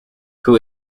who